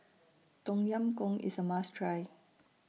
Tom Yam Goong IS A must Try